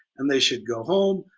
and they should go home,